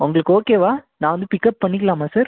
உங்களுக்கு ஓகேவா நான் வந்து பிக்கப் பண்ணிக்கலாமா சார்